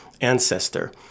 ancestor